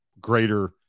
greater